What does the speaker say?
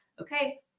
okay